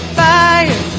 fire